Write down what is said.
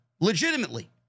legitimately